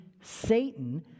Satan